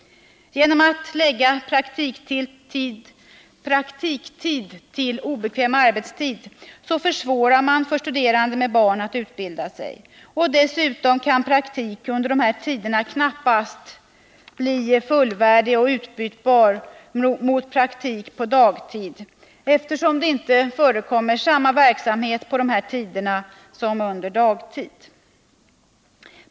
Genom att lägga praktiktid på obekväm arbetstid försvårar man för studerande med barn att utbilda sig. Dessutom kan praktik under dessa tider knappast bli fullvärdig och utbytbar mot praktik på dagtid, eftersom det under kvällar och helger inte förekommer samma verksamhet som under dagtid.